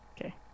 Okay